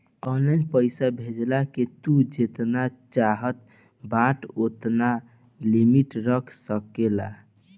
online पईसा भेजला के तू जेतना चाहत बाटअ ओतना लिमिट रख सकेला